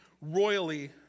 royally